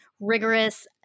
rigorous